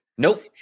Nope